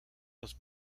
los